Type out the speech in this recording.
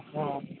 हाँ